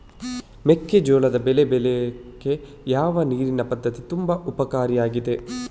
ಮೆಕ್ಕೆಜೋಳದ ಬೆಳೆ ಬೆಳೀಲಿಕ್ಕೆ ಯಾವ ನೀರಿನ ಪದ್ಧತಿ ತುಂಬಾ ಉಪಕಾರಿ ಆಗಿದೆ?